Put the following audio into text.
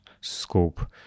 scope